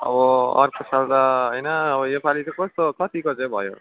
अब अर्को साल त होइन अब योपालि चाहिँ कस्तो कतिको चाहिँ भयो